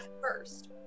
first